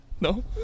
No